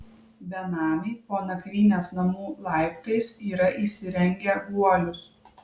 benamiai po nakvynės namų laiptais yra įsirengę guolius